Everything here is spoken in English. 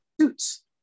suits